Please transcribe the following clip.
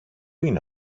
είναι